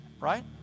Right